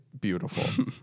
beautiful